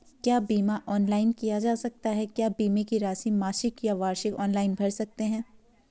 क्या बीमा ऑनलाइन किया जा सकता है क्या बीमे की राशि मासिक या वार्षिक ऑनलाइन भर सकते हैं?